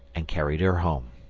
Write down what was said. and carried her home.